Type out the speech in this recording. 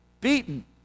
beaten